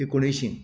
एकोणशीं